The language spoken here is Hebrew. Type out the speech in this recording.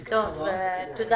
תודה.